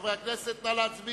רבותי חברי הכנסת, נא להצביע.